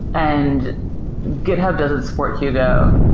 and github doesn't support hugo,